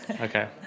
Okay